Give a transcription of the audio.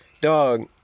Dog